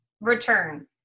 return